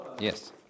Yes